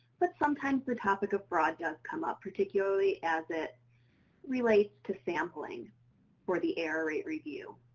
but sometimes the topic of fraud does come up, particularly as it relates to sampling for the error rate review.